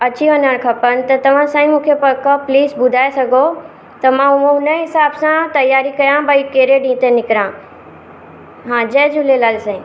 अची वञण खपनि त तव्हां साईं मूंखे पका प्लीज ॿुधाइ सघो त मां हो हुन ई हिसाब सां तयारी कयां भई कहिड़े ॾींहं ते निकिरा हा जय झूलेलाल साईं